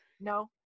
no